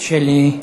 שלי.